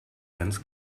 ganz